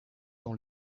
dans